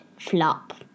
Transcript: Flop